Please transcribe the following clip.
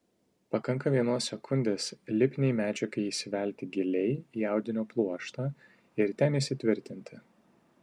pakanka vienos sekundės lipniai medžiagai įsivelti giliai į audinio pluoštą ir ten įsitvirtinti